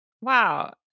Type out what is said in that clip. Wow